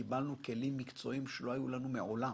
קיבלנו כלים מקצועיים שלא היו לנו מעולם.